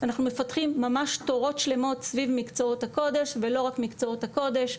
אנחנו מפתחים ממש תורות שלמות סביב מקצועות הקודש ולא רק מקצועות הקודש,